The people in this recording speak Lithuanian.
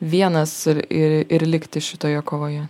vienas ir ir ir likti šitoje kovoje